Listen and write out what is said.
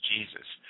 Jesus